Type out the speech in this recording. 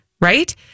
right